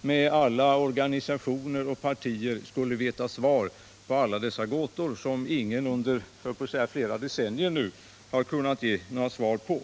med alla organisationer och partier skulle veta svar på alla dessa gåtor, som ingen under flera decennier kunnat ge några svar på.